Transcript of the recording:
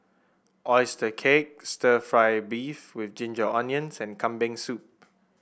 oyster cake stir fry beef with Ginger Onions and Kambing Soup